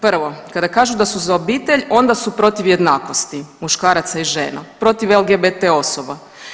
Prvo kada kažu da su za obitelj, onda su protiv jednakosti muškaraca i žena, protiv LGBT osoba.